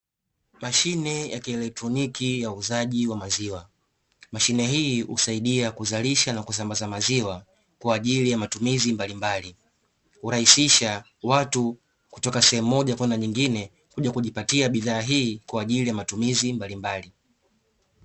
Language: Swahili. Mashine ya kielektroniki ya uuzaji wa maziwa, mashine hii husaidia kuzalisha na kusambaza maziwa kwa ajili ya matumizi mbalimbali, hurahisisha watu kutoka sehemu moja kwenda nyingine kuja kujipatia bidhaa hii kwa ajili ya matumizi mbalimbali.